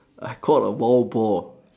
I caught a wild boar